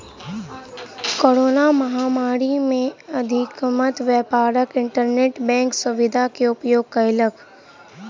corona महामारी में अधिकतम व्यापार इंटरनेट बैंक सुविधा के उपयोग कयलक